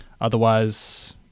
Otherwise